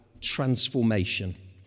transformation